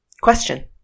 question